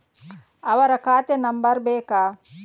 ಅವರ ಖಾತೆ ನಂಬರ್ ಬೇಕಾ?